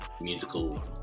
musical